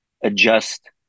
adjust